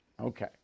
Okay